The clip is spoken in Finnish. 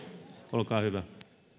olkaa hyvä